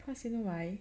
cause you know why